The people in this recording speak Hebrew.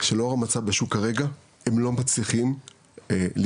שלאור המצב בשוק כרגע הם לא מצליחים להתקיים,